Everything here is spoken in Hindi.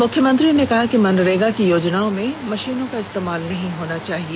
मुख्यमंत्री ने कहा कि मनरेगा की योजनाओं में मशीनों का इस्तेमाल नहीं होना चाहिए